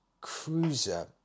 cruiser